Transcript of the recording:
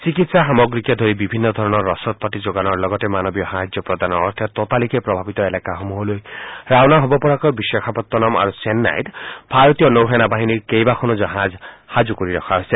চিকিৎসা সামগ্ৰীকে ধৰি বিভিন্ন ধৰণৰ ৰচদ পাতি যোগান ধৰাৰ লগতে মানৱীয় সাহায্য প্ৰদানৰ অৰ্থে ততালিকে প্ৰভাৱিত এলেকাসমূহলৈ ৰাওনা হ'ব পৰাকৈ বিশাখাপট্টনম আৰু চেন্নাইত ভাৰতীয় নৌ সেনাবাহিনীৰ কেবাখনো জাহাজ সাজু কৰি ৰখা হৈছে